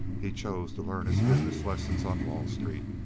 he chose to learn his business lessons on wall street.